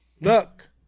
look